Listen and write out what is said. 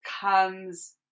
comes